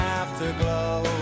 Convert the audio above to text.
afterglow